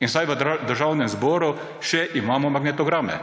Vsaj v Državnem zboru še imamo magnetograme.